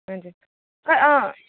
हजुर ए अँ